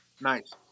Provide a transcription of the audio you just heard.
nice